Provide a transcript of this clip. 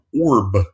Orb